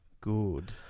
Good